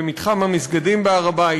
במתחם המסגדים בהר-הבית,